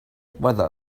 wither